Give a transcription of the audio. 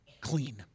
clean